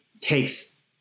takes